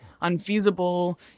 unfeasible